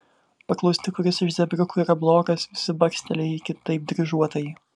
paklausti kuris iš zebriukų yra blogas visi baksteli į kitaip dryžuotąjį